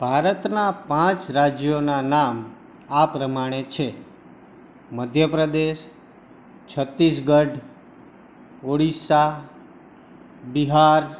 ભારતનાં પાંચ રાજ્યોનાં નામ આ પ્રમાણે છે મધ્યપ્રદેશ છત્તીસગઢ ઓડિશા બિહાર